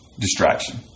distraction